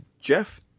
Jeff